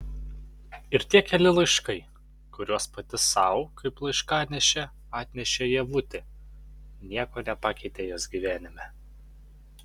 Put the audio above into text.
ir tie keli laiškai kuriuos pati sau kaip laiškanešė atnešė ievutė nieko nepakeitė jos gyvenime